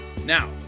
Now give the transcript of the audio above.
now